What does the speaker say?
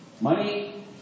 Money